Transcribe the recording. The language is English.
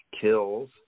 kills